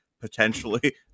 potentially